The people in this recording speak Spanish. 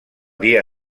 día